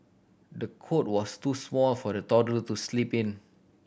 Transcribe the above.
the cot was too small for the toddler to sleep in